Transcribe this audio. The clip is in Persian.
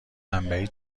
بمبئی